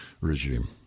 regime